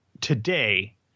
today